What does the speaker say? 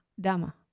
dama